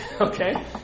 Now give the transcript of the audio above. okay